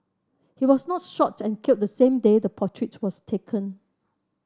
he was not shot and killed the same day the portrait was taken